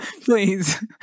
Please